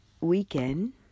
weekend